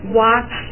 watch